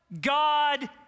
God